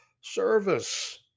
service